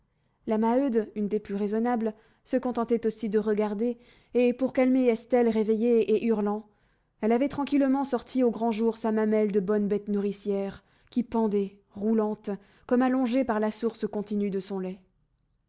la maheude une des plus raisonnables se contentait aussi de regarder et pour calmer estelle réveillée et hurlant elle avait tranquillement sorti au grand jour sa mamelle de bonne bête nourricière qui pendait roulante comme allongée par la source continue de son lait